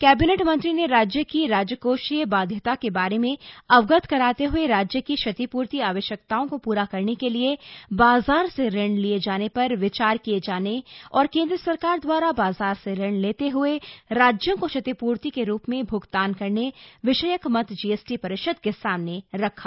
cabinet मंत्री ने राज्य की राजकोषीय बाध्यता के बारे में अवगत कराते हए राज्य की क्षतिपूर्ति आवश्यकताओं को पूरा करने के लिए बाजार से ऋण लिये जाने पर विचार किये जाने और केन्द्र सरकार द्वारा बाजार से ऋण लेते ह्ए राज्यों को क्षतिपूर्ति के रूप में भ्गतान करने विषयक मत जीएसटी परिषद के सामने रखा